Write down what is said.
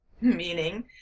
meaning